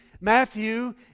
Matthew